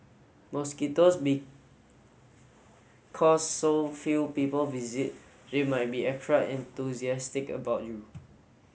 mosquitoes because so few people visit they might be extra enthusiastic about you